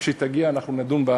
כשהיא תגיע אנחנו נדון בה,